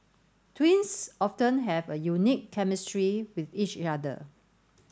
twins often have a unique chemistry with each other